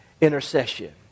Intercession